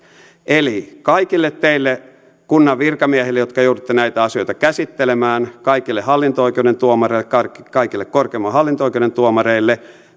eli kaikille teille kunnan virkamiehille jotka joudutte näitä asioita käsittelemään kaikille hallinto oikeuden tuomareille kaikille kaikille korkeimman hallinto oikeuden tuomareille